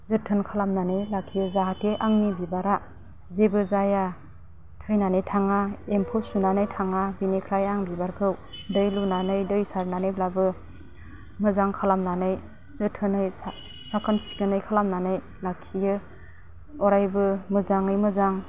जोथोन खालामनानै लाखियो जाहाथे आंनि बिबारा जेबो जाया थैनानै थाङा एम्फौ सुनानै थाङा बेनिफ्राय आं बिबारखौ दै लुनानै दै सारनानैब्लाबो मोजां खालामनानै जोथोनै साखोन सिखोनै खालामनानै लाखियो अरायबो मोजाङै मोजां